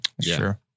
sure